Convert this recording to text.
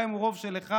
גם אם הוא רוב של אחד,